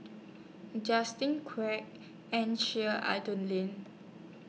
Justin Quek and Sheik